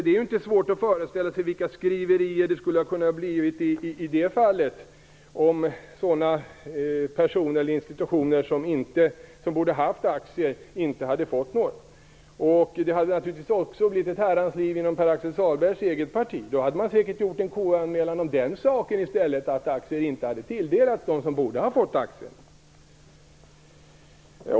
Det är inte svårt att föreställa sig vilka skriverier det skulle ha kunnat bli i det fallet om sådana personer eller institutioner som borde ha haft aktier inte hade fått några. Det hade naturligtvis också blivit ett herrans liv inom Pär-Axel Sahlbergs eget parti. Då hade man säkert gjort en KU-anmälan om den saken i stället - att aktier inte hade tilldelats dem som borde ha fått aktier.